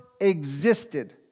existed